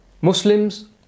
Muslims